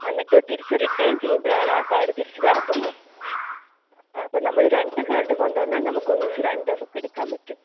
എന്നിട്ട് തിരിച്ചു റിട്ടേൺ ചെയ്യുമ്പോഴാണ് കാർഡ് തിരിച്ചു തരത്തുളളൂ അപ്പം നമ്മൾ രണ്ട് കാർഡ് കൊണ്ടു വന്നാൽ നമ്മൾക്ക് ഒന്നിച്ചു രണ്ട് ബുക്ക് എടുക്കാൻ പറ്റും